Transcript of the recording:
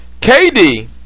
KD